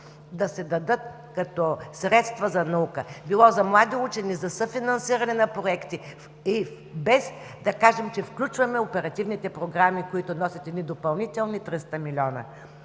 да се дадат като средства за наука – било за млади учени за съфинансиране на проекти, и без да кажем, че включваме оперативните програми, които носят едни допълнителни 300 млн.